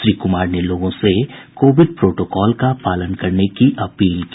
श्री कुमार ने लोगों से कोविड प्रोटोकॉल का पालन करने की अपील की